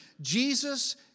Jesus